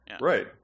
Right